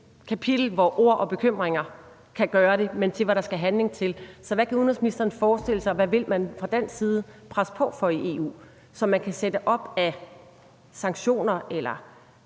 det kapitel, hvor ord og bekymringer kan gøre det, og er nået dertil, hvor der skal handling til. Så hvad kan udenrigsministeren forestille sig at gøre, og hvad vil man fra dansk side presse på for i EU, hvad angår sanktioner eller